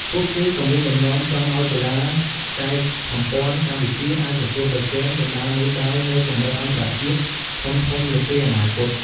ពួកគេក៏មានបំណងចង់ឱ្យកីឡាកាយសម្ព័ន្ធកម្ពុជាអាចប្រកួតប្រជែងដណ្តើមមេដៃនៅកម្រិតអន្តរជាតិធំៗនាពេលអនាគត។